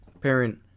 parent